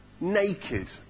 Naked